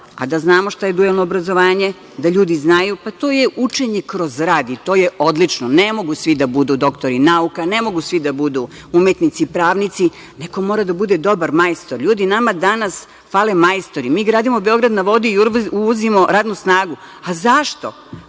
da znamo šta je dualno obrazovanje, da ljudi znaju, pa, to je učenje kroz rad i to je odlično. Ne mogu svi da budu doktori nauka, ne mogu svi da budu umetnici, pravnici, neko mora da bude dobar majstor. Ljudi, nama danas nedostaju majstori. Mi gradimo Beograd na vodi i uvozimo radnu snagu. Zašto?